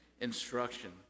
instruction